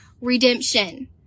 redemption